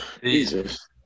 Jesus